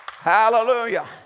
Hallelujah